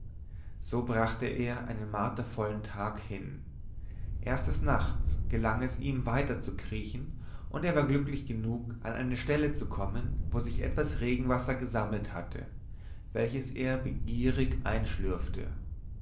so brachte er einen martervollen tag hin erst des nachts gelang es ihm weiter zu kriechen und er war glücklich genug an eine stelle zu kommen wo sich etwas regenwasser gesammelt hatte welches er begierig einschlürfte